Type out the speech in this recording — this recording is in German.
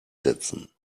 setzen